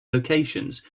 locations